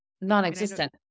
Non-existent